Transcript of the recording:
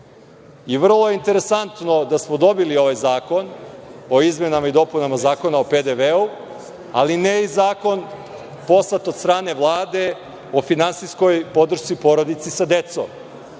decom. Vrlo je interesantno da smo dobili ovaj zakon o izmenama i dopunama Zakona o PDV, ali ne i zakon poslat od strane Vlade o finansijskoj podršci porodici sa decom.